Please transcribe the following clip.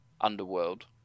Underworld